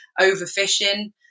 overfishing